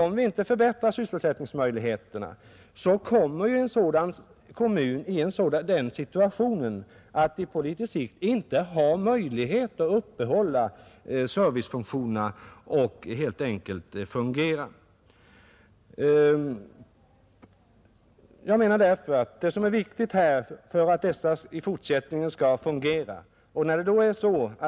Om vi inte förbättrar sysselsättningsmöjligheterna kommer en sådan kommun i den situationen att den på litet längre sikt inte kan uppehålla servicefunktionerna eller över huvud taget fungera.